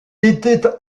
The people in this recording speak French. était